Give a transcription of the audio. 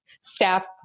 staff